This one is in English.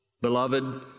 Beloved